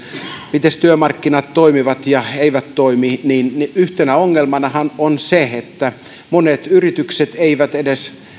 työmarkkinat toimivat ja eivät toimi ja yhtenä ongelmanahan on se että monet yritykset eivät edes